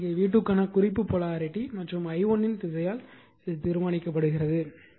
அடுத்தது இங்கே v2 க்கான குறிப்பு போலாரிட்டி மற்றும் i1 இன் திசையால் தீர்மானிக்கப்படுகிறது